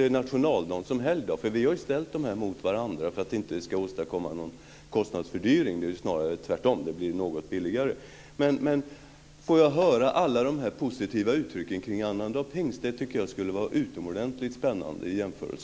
före nationaldagen som helgdag. Vi har ju ställt dessa dagar mot varandra för att vi inte ska åstadkomma någon kostnadsfördyring. Det blir snarare tvärtom; det blir något billigare. Kan jag få höra alla dessa positiva uttryck om annandag pingst? Det tycker jag skulle vara utomordentligt spännande som en jämförelse.